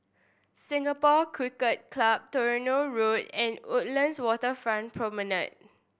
Singapore Cricket Club Tronoh Road and Woodlands Waterfront Promenade